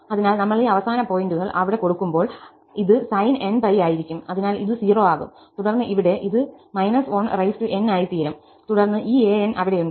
അതിനാൽ നമ്മൾ ഈ അവസാന പോയിന്റുകൾ അവിടെ കൊടുക്കുമ്പോൾ ഇത് sin nπ ആയിരിക്കും അതിനാൽ ഇത് 0 ആകും തുടർന്ന് ഇവിടെ അത് −1n ആയിത്തീരും തുടർന്ന് ഈ an′s അവിടെയുണ്ട്